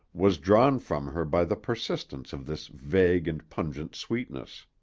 was drawn from her by the persistence of this vague and pungent sweetness.